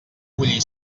bullir